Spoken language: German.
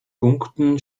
punkten